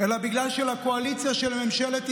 אלא בגלל הקואליציה של ממשלת ישראל,